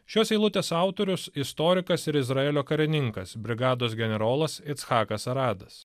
šios eilutės autorius istorikas ir izraelio karininkas brigados generolas itzhakas aradas